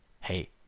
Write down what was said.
hey